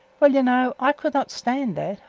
well, you know, i could not stand that.